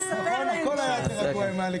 אני לא רואה פה שום שימוש לרעה.